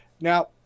Now